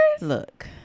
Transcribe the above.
Look